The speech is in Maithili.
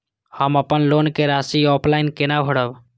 हम अपन लोन के राशि ऑफलाइन केना भरब?